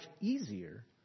easier